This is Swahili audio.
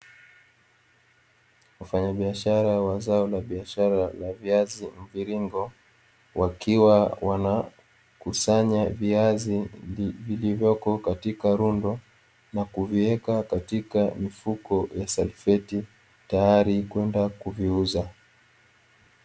Wafanyabiashara wa zao la biashara la viazi mviringo wakiwa wanakusanya viazi vilivyoko katika rundo, na kuviweka katika mifuko ya salfeti tayari kwenda kuviuza.